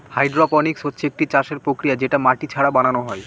hydroponics হচ্ছে একটি চাষের প্রক্রিয়া যেটা মাটি ছাড়া বানানো হয়